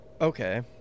Okay